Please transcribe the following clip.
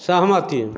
सहमति